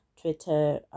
Twitter